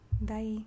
Bye